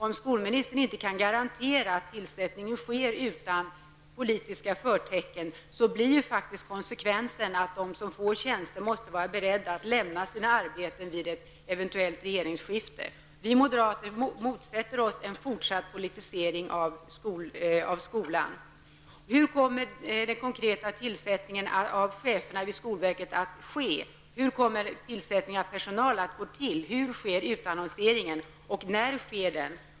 Om skolministern inte kan garantera att tillsättningen sker utan politiska förtecken, blir faktiskt konsekvensen att de som får tjänster måste vara beredda att lämna sina arbeten vid ett eventuellt regeringsskifte. Vi moderater motsätter oss en fortsatt politisering av skolan. Hur kommer tillsättningen av cheferna vid skolverket att ske? Hur kommer tillsättningen av personal att gå till? Hur sker utannonseringen och när sker den?